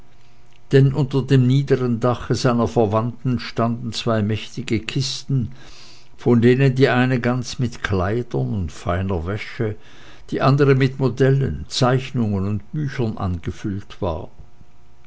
denn unter dem niedern dache seiner verwandten standen zwei mächtige kisten von denen die eine ganz mit kleidern und feiner wäsche die andere mit modellen zeichnungen und büchern angefüllt war